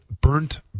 Burnt